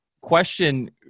Question